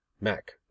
Mac